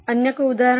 અન્ય કોઇ ઉદાહરણ